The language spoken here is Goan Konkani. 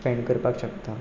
स्पेन्ड करपाक शकता